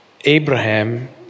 Abraham